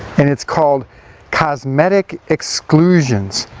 and it's called cosmetic exclusions.